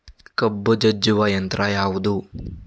ಕಬ್ಬು ಜಜ್ಜುವ ಯಂತ್ರ ಯಾವುದು?